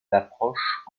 d’approche